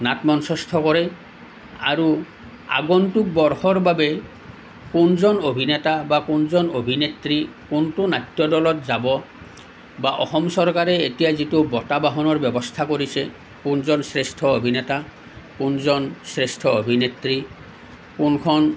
নাট মঞ্চস্থ কৰে আৰু আগন্তুক বৰ্ষৰ বাবে কোনজন অভিনেতা বা কোনজন অভিনেত্ৰী কোনটো নাট্যদলত যাব বা অসম চৰকাৰে এতিয়া যিটো বঁটা বাহনৰ ব্যৱস্থা কৰিছে কোনজন শ্ৰেষ্ঠ অভিনেতা কোনজন শ্ৰেষ্ঠ অভিনেত্ৰী কোনখন